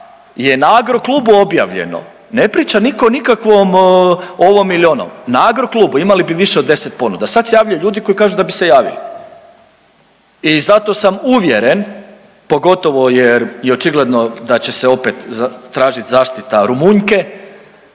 je na Agroklubu objavljeno, ne priča niko o nikakvom onom ili onom, na Agroklubu, imali bi više od 10 ponuda. Sad se javljaju ljudi koji kažu da bi se javili. I zato sam uvjeren, pogotovo jer je očigledno da će se opet tražit zaštita Rumunjke,